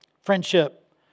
Friendship